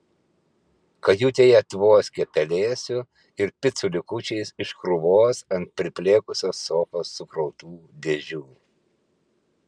kajutėje tvoskė pelėsiu ir picų likučiais iš krūvos ant priplėkusios sofos sukrautų dėžių